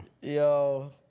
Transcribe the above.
Yo